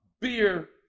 beer